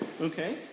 Okay